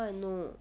how I know